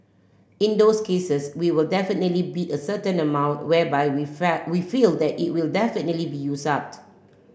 in those cases we will definitely bid a certain amount whereby we felt we feel that it will definitely be used up